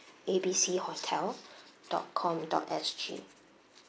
A B C hotel dot com dot S G